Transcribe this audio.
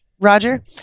roger